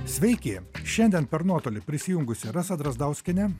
sveiki šiandien per nuotolį prisijungusi rasa drazdauskiene